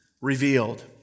revealed